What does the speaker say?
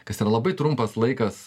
kas yra labai trumpas laikas